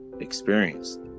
experienced